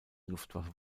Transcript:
luftwaffe